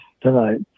tonight